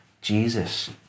jesus